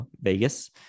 Vegas